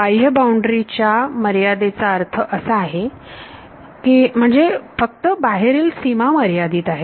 बाह्य बाउंड्री च्या मर्यादेचा अर्थ असा आहे की म्हणजे फक्त बाहेरील सीमा मर्यादित आहे